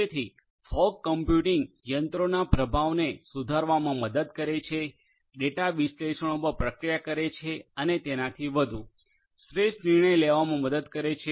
જેથી fog computing યંત્રોના પ્રભાવને સુધારવામાં મદદ કરે છે ડેટા વિશ્લેષણો પર પ્રક્રિયા કરે છે અને તેનાથી વધુ શ્રેષ્ઠ નિર્ણય લેવામાં મદદ કરે છે